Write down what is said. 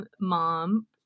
mom